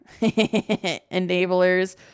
Enablers